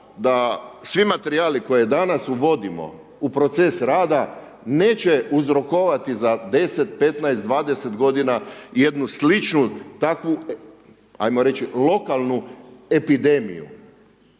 da svi materijali koje danas uvodimo u proces rada neće uzrokovati za 10, 15, 20 godina jednu sličnu takvu hajmo reći lokalnu epidemiju?